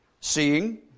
seeing